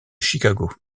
chicago